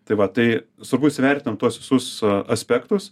tai va tai svarbu įsivertinant tuos visus aspektus